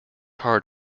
hard